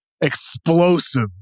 explosive